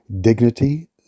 dignity